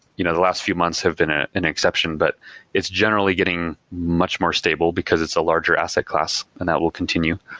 you know the last few months have been ah an exception, but it's generally getting much more stable, because it's a larger asset class and that will continue.